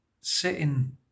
sitting